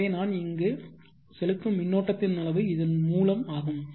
எனவே நான் இங்கு செலுத்தும் மின்னோட்டத்தின் அளவு இதன் மூலம் ஆகும்